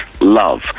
love